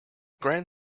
grand